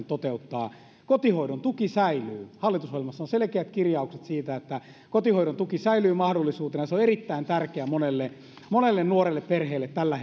toteuttaa kotihoidon tuki säilyy hallitusohjelmassa on selkeät kirjaukset siitä että kotihoidon tuki säilyy mahdollisuutena ja se on erittäin tärkeä monelle monelle nuorelle perheelle tällä